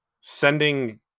sending